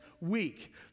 week